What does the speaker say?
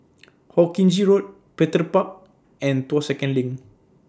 Hawkinge Road Petir Park and Tuas Second LINK